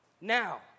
Now